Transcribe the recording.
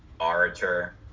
orator